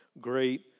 great